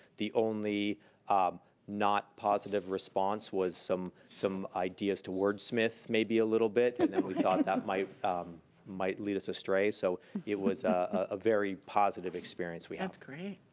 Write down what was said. the only not positive response was some some ideas towards smith maybe a little bit and then we thought that might might lead us astray. so it was a very positive experience we had. that's great.